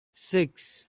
six